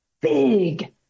big